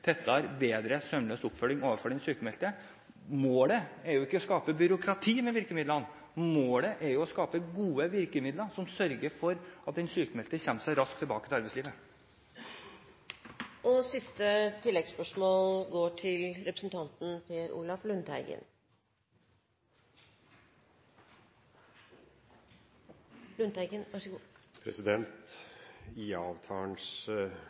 bedre og sømløs oppfølging av den sykmeldte. Målet er jo ikke å skape byråkrati med virkemidlene, målet er å skape gode virkemidler som sørger for at den sykmeldte kommer seg raskt tilbake til arbeidslivet. Per Olaf Lundteigen – til